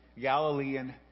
Galilean